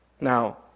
Now